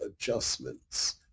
adjustments